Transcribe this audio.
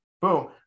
Boom